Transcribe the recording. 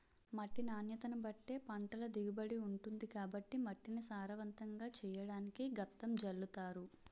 మట్టి నాణ్యతను బట్టే పంటల దిగుబడి ఉంటుంది కాబట్టి మట్టిని సారవంతంగా చెయ్యడానికి గెత్తం జల్లుతారు